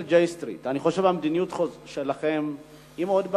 אני חושב שמדיניות החוץ שלכם היא מאוד בעייתית.